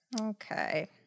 Okay